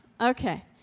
Okay